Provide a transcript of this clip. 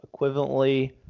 equivalently